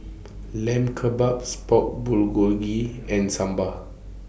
Lamb Kebabs Pork Bulgogi and Sambar